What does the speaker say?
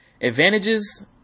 advantages